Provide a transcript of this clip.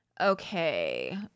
Okay